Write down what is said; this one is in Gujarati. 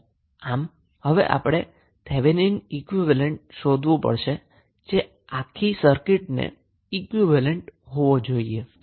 આમ હવે આપણે થેવેનિનને ઈક્વીવેલેન્ટ શોધવું પડશે જે આ આખી સર્કિટનુ ઈક્વીવેલેન્ટ હોવો જોઈએ